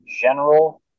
general